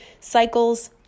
cycles